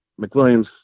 McWilliams